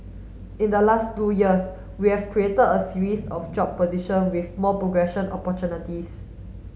in the last two years we've created a series of job position with more progression opportunities